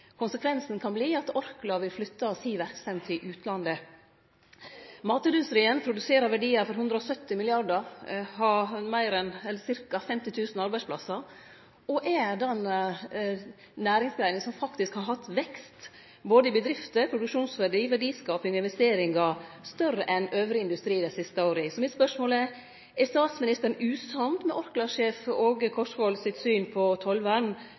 produserer verdiar for 170 mrd. kr, har meir enn ca. 50 000 arbeidsplassar og er den næringsgreina som faktisk har hatt vekst både i talet på bedrifter, produksjonsverdi, verdiskaping, investeringar – større enn industrien elles dei siste åra. Så spørsmålet mitt er: Er statsministeren usamd med Orkla-sjef Åge Korsvold sitt syn på tollvern,